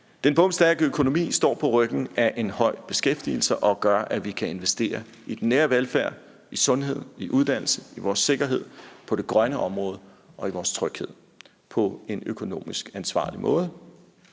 Den bomstærke økonomi står på ryggen af en høj beskæftigelse og gør, at vi kan investere i den nære velfærd, i sundhed, i uddannelse, i vores sikkerhed, på det grønne område og i vores tryghed på en økonomisk ansvarlig måde.